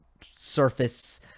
surface